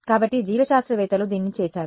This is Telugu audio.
కాబట్టి జీవశాస్త్రవేత్తలు దీనిని చేసారు